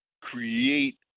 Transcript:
create